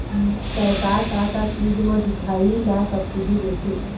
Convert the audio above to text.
सरकार का का चीज म दिखाही ला सब्सिडी देथे?